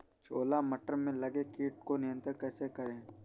छोला मटर में लगे कीट को नियंत्रण कैसे करें?